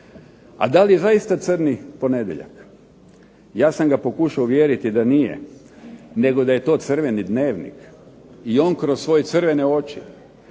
A da li zaista crni ponedjeljak. Ja sam ga pokušao uvjeriti da nije, nego da je to crveni dnevnik, i on kroz svoje crvene oči